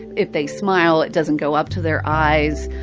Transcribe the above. if they smile, doesn't go up to their eyes.